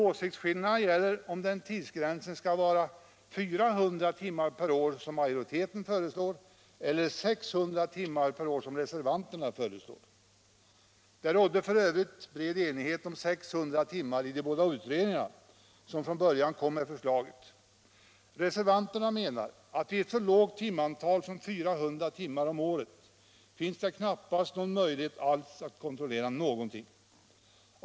Åsiktsskillnaderna gäller om den tidsgränsen skall vara 400 timmar per år, som majoriteten föreslår, eller 600 som reservanterna föreslår. Det rådde f. ö. bred enighet om gränsen 600 timmar per år i de båda utredningar som från början kom med förslaget. Reservanterna menar att vid så lågt timantal som 400 om året finns det knappast någon möjlighet att kontrollera någonting.